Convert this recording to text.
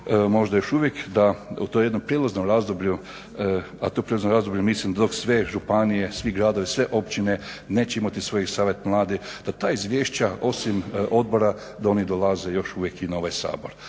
možda još uvijek da u tom jednom prijelaznom razdoblju a to prijelazno razdoblje mislim dok sve županije, svi gradovi, sve općine neće imati svoj savjet mladih, da ta izvješća osim odbora da oni dolaze još uvijek i na ovaj Sabor,